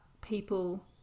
people